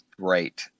great